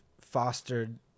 fostered